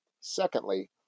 Secondly